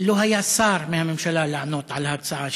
לא היה שר מהממשלה לענות על ההצעה שלנו.